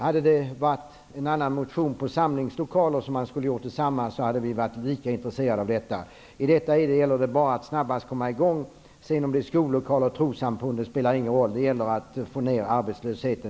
Hade det gällt en motion om åtgärder på samlingslokaler hade vi varit lika intresserade. Det gäller bara att snabbt komma i gång. Om det sedan handlar om skollokaler eller trossamfundens lokaler spelar ingen roll. Det primära för oss är att minska arbetslösheten.